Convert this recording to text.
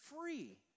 free